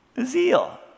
Zeal